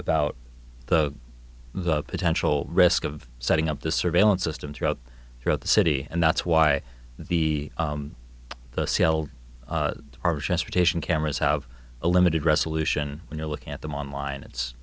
about the potential risk of setting up the surveillance system throughout throughout the city and that's why the seattle cameras have a limited resolution when you're looking at them online it's